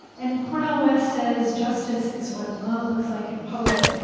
and cornel west says, justice is what love looks like in public.